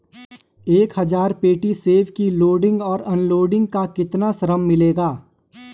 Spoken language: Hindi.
एक हज़ार पेटी सेब की लोडिंग और अनलोडिंग का कितना श्रम मिलेगा?